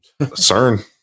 cern